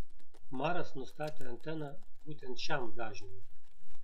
maras nustatė anteną būtent šiam dažniui